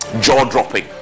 jaw-dropping